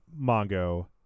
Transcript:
Mongo